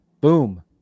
Boom